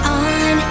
on